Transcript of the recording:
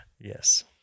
Yes